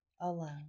alone